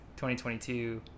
2022